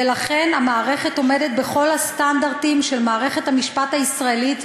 ולכן המערכת עומדת בכל הסטנדרטים של מערכת המשפט הישראלית,